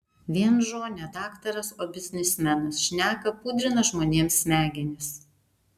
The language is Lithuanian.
vienžo ne daktaras o biznismenas šneka pudrina žmonėms smegenis